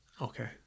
Okay